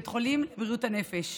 בית חולי לבריאות הנפש.